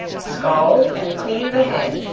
scald and clean the head,